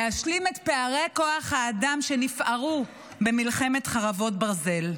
להשלים את פערי כוח האדם שנפערו במלחמת חרבות ברזל.